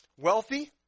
wealthy